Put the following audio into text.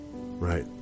right